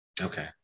Okay